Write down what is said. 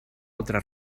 altre